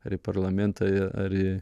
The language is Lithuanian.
į parlamėntą į ar į